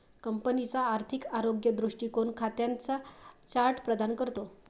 कंपनीचा आर्थिक आरोग्य दृष्टीकोन खात्यांचा चार्ट प्रदान करतो